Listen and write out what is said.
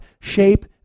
shape